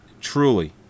Truly